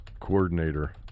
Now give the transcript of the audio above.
coordinator